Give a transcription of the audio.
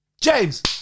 James